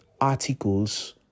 articles